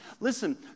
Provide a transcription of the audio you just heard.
Listen